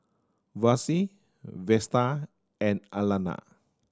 Versie Vester and Alayna